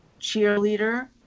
cheerleader